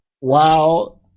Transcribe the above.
Wow